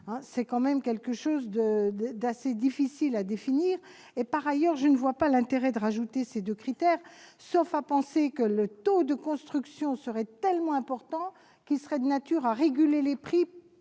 à Paris ? C'est assez difficile à définir. Par ailleurs, je ne vois pas l'intérêt d'ajouter ces deux critères, sauf à penser que le taux de construction est si important qu'il serait de nature à réguler les prix.